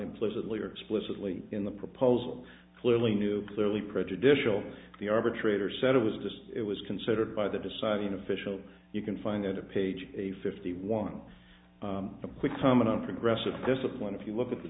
implicitly or explicitly in the proposal clearly new clearly prejudicial the arbitrator said it was just it was considered by the deciding official you can find a page a fifty one quick comment on progressive discipline if you look at the